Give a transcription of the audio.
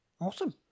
Awesome